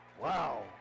wow